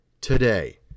today